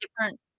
different